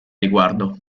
riguardo